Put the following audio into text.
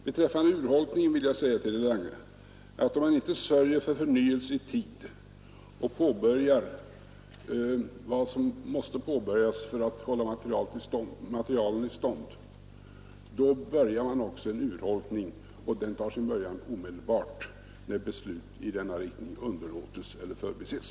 Beträffande urholkningen vill jag säga till herr Lange att om man inte i tid sörjer för förnyelsen och inte påbörjar vad som måste påbörjas för att hålla materielen i stånd, inleder man också en urholkning, som tar sin början omedelbart efter det att sådana beslut underlåtes eller förbises.